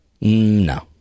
No